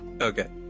Okay